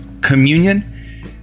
communion